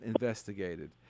investigated